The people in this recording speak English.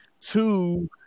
Two